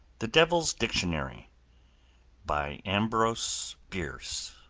the devil's dictionary by ambrose bierce